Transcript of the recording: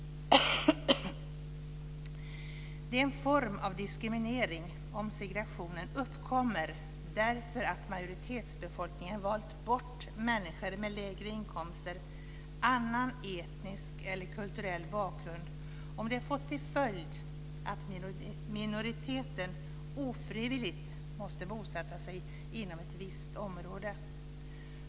Det är en form av diskriminering om segregationen uppkommer därför att majoritetsbefolkningen har valt bort människor med lägre inkomster, annan etnisk eller kulturell bakgrund och om det får till följd att minoriteten ofrivilligt måste bosätta sig i ett visst område.